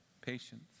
patience